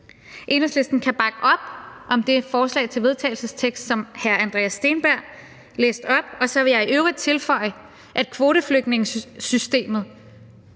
Enhedslisten kan bakke op om det forslag til vedtagelse, som hr. Andreas Steenberg læste op, og så vil jeg i øvrigt tilføje, at kvoteflygtningesystemet